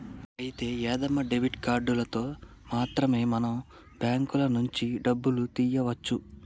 అయితే యాదమ్మ డెబిట్ కార్డులతో మాత్రమే మనం బ్యాంకుల నుంచి డబ్బులు తీయవచ్చు